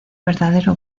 verdadero